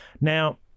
Now